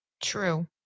True